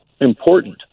important